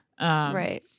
right